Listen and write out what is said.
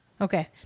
Okay